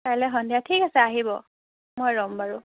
কাইলৈ সন্ধিয়া ঠিক আছে আহিব মই ৰ'ম বাৰু